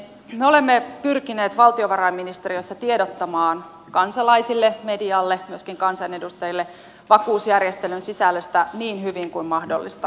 me olemme pyrkineet valtiovarainministeriössä tiedottamaan kansalaisille medialle myöskin kansanedustajille vakuusjärjestelyn sisällöstä niin hyvin kuin mahdollista